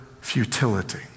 futility